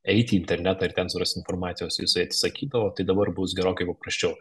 eit į internetą ir ten surast informacijos jisai atsisakydavo tai dabar bus gerokai paprasčiau